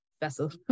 vessel